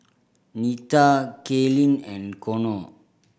Nita Kaylynn and Konnor